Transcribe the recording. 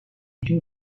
kim